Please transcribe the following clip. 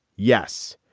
yes.